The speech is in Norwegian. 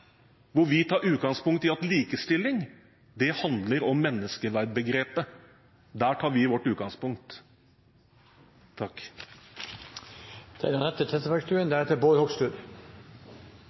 hvor vi tar utgangspunkt i at likestilling handler om menneskeverdbegrepet. Der tar vi vårt utgangspunkt.